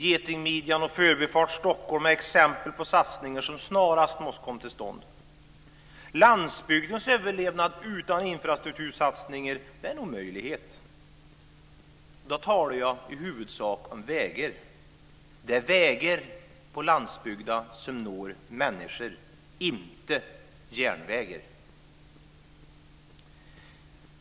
Getingmidjan och Förbifart Stockholm är exempel på satsningar som snarast måste komma till stånd. Landsbygdens överlevnad utan infrastruktursatsningar är en omöjlighet. Då talar jag i huvudsak om vägar. Det är vägar som når människor på landsbygden - inte järnvägar.